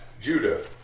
Judah